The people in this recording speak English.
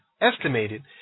estimated